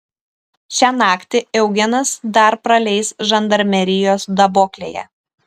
šią naktį eugenas dar praleis žandarmerijos daboklėje